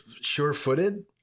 sure-footed